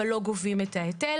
אבל לא גובים את ההיטל,